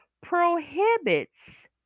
prohibits